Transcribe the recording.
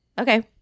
Okay